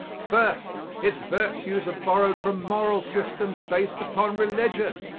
first, its virtues are borrowed from moral systems based upon religion.